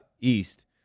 East